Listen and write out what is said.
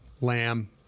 Lamb